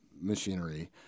machinery